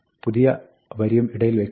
പുതിയ വരിയും ഇടയിൽ വെയ്ക്കുന്നു